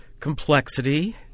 complexity